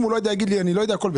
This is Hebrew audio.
אם לא יידע להגיד לי הכול בסדר.